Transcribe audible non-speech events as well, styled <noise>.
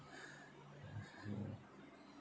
<breath> mmhmm